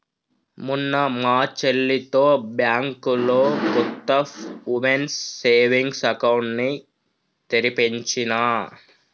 మొన్న మా చెల్లితో బ్యాంకులో కొత్త వుమెన్స్ సేవింగ్స్ అకౌంట్ ని తెరిపించినా